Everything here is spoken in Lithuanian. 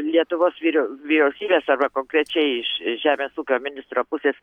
lietuvos vyriau vyriausybės arba konkrečiai iš žemės ūkio ministro pusės